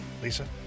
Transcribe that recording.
Lisa